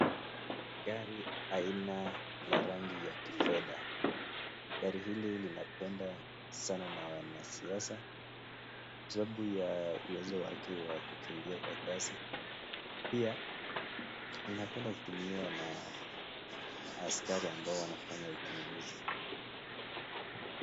Gari aina la rangi ya kifedha, gari hili linapendwa sana na wanasiasa, sababu ya uwezo yake ya kukimbia kwa kasi, pia inapenda kutumiwa na maaskari ambao wanafanya uchunguzi.